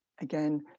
again